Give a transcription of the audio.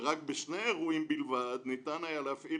ורק בשני אירועים בלבד ניתן היה להפעיל